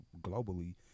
globally